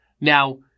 Now